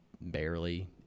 barely